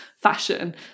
fashion